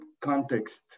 context